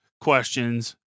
questions